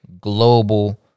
global